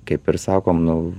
kaip ir sakom nu